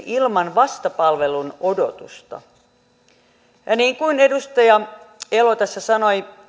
ilman vastapalvelun odotusta niin kuin edustaja elo tässä sanoi